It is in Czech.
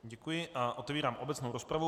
Děkuji a otevírám obecnou rozpravu.